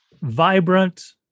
vibrant